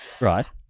Right